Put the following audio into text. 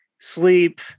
sleep